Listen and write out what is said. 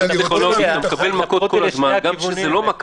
התקיימו התנאים כמפורט להלן: יש שלושה תנאים שהממשלה